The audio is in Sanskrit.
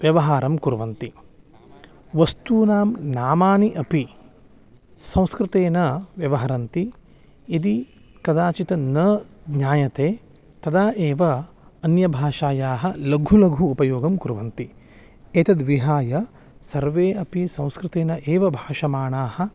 व्यवहारं कुर्वन्ति वस्तूनां नामानि अपि संस्कृतेन व्यवहरन्ति यदि कदाचित् न ज्ञायते तदा एव अन्यभाषायाः लघु लघु उपयोगं कुर्वन्ति एतद्विहाय सर्वे अपि संस्कृतेन एव भाषमाणाः